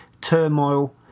turmoil